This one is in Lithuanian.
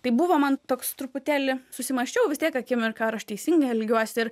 tai buvo man toks truputėlį susimąsčiau vis tiek akimirką ar aš teisingai elgiuosi ir